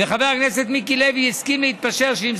וחבר הכנסת מיקי לוי הסכים להתפשר שאם